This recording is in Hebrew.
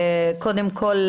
קודם כל,